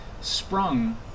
sprung